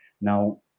now